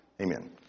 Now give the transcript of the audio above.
Amen